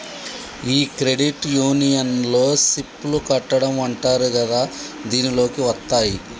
ఈ క్రెడిట్ యూనియన్లో సిప్ లు కట్టడం అంటారు కదా దీనిలోకి వత్తాయి